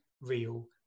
real